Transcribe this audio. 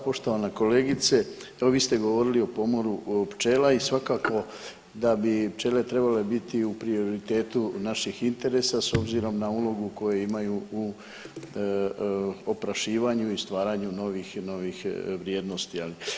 Poštovana kolegice, evo vi ste govorili o pomoru pčela i svakako da bi pčele trebale biti u prioritetu naših interesa s obzirom na ulogu koju imaju u oprašivanju i stvaranju novih vrijednosti.